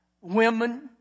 women